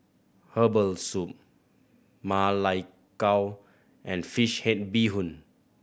herbal soup Ma Lai Gao and fish head bee hoon